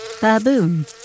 baboon